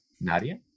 Nadia